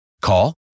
call